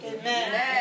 Amen